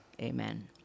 Amen